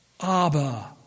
Abba